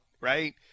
right